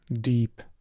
deep